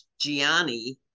Gianni